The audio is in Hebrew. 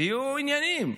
תהיו ענייניים.